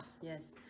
Yes